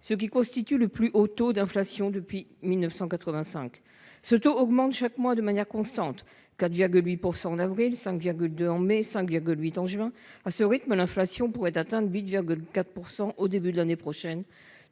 ce qui constitue le plus haut taux d'inflation depuis 1985. Ce taux augmente chaque mois de manière constante : 4,8 % en avril, 5,2 % en mai, 5,8 % en juin ... À ce rythme, l'inflation pourrait atteindre 8,4 % au début de l'année prochaine.